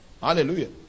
Hallelujah